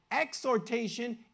exhortation